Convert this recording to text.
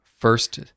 First